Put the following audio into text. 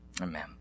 amen